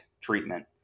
treatment